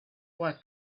quite